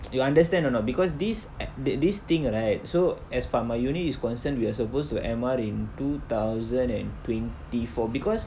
you understand or not because this a~ the this thing right so as for my unit is concerned we are supposed to M_R in two thousand and twenty four because